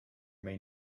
may